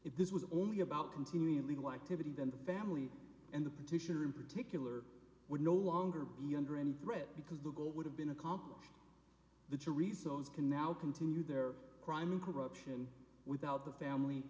if this was only about continuing illegal activity then the family and the petitioner in particular would no longer be under any threat because the goal would have been accomplished the to results can now continue their crime corruption without the family